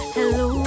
Hello